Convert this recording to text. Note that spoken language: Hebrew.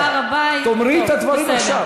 השוואה להר-הבית --- תאמרי את הדברים עכשיו.